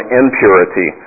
impurity